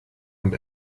und